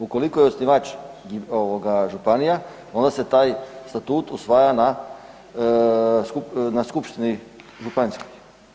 Ukoliko je osnivač županija, onda se taj statut usvaja na skupštini županijskoj.